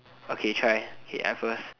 okay try okay I first